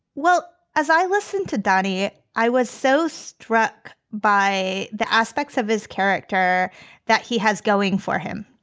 well, as i listen to danny, i was so struck by the aspects of his character that he has going for him.